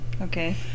Okay